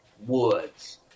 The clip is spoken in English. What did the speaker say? woods